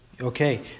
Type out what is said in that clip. Okay